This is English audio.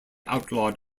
outlawed